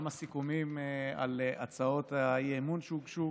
גם הסיכומים על הצעות האי-אמון שהוגשו